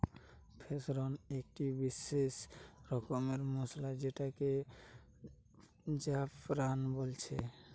saffron একটি বিসেস রকমের মসলা যেটাকে জাফরান বলছে